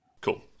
Cool